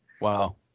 Wow